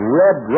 red